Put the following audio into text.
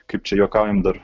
kaip čia juokaujam dar